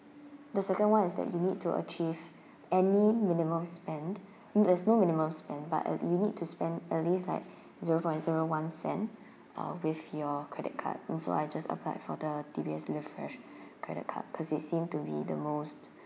the second one is that you need to achieve any minimum spend there's no minimum spend but at you need to spend at least like zero point zero one cent uh with your credit card and so I just applied for the D_B_S live fresh credit card cause it seem to be the most